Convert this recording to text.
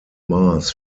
mars